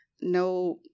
No